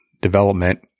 development